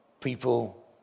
people